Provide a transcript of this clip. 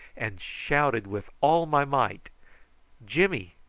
and shouted with all my might jimmy!